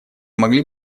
могли